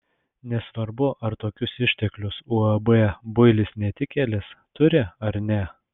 nesvarbu ar tokius išteklius uab builis netikėlis turi ar ne